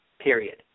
period